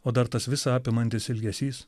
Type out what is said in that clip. o dar tas visa apimantis ilgesys